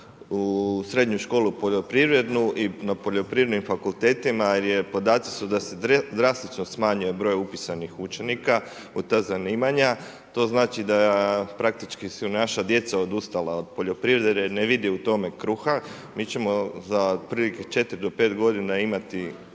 u srednju školu poljoprivrednu i na poljoprivrednim fakultetima, jer podaci su da se drastično smanjuje broj upisanih učenika u ta zanimanja, to znači, da praktički su naša djeca odustala od poljoprivrede, ne vide u tome kruha. Mi ćemo za otprilike 4-5 g. imati